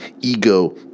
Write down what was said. ego